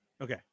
Okay